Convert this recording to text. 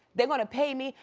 they're gonna pay me.